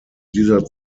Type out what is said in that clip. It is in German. dieser